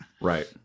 Right